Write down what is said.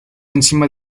encima